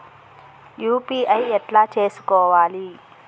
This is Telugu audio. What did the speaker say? యూ.పీ.ఐ ఎట్లా చేసుకోవాలి?